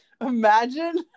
imagine